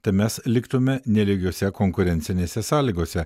tai mes liktume nelygiose konkurencinėse sąlygose